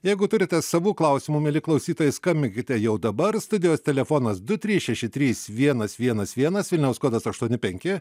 jeigu turite savų klausimų mieli klausytojai skambinkite jau dabar studijos telefonas du trys šeši trys vienas vienas vienas vilniaus kodas aštuoni penki